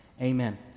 Amen